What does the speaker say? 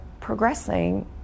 progressing